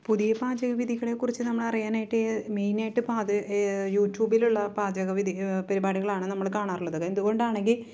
പുതിയ പാചക വിധികളെക്കുറിച്ച് നമ്മൾ അറിയാനായിട്ട് മെയിൻ ആയിട്ട് യൂടുബിലുള്ള പാചക പരിപാടികളാണ് നമ്മൾ കാണാറുള്ളത് എന്തുകൊണ്ടാണെങ്കിൽ